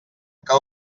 que